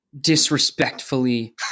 disrespectfully